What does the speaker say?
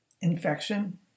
infection